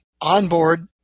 onboard